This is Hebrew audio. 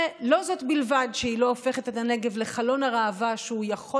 לא זו בלבד שהיא לא הופכת את הנגב לחלון הראווה של מדינת ישראל,